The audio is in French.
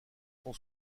son